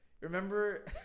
Remember